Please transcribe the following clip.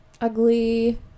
ugly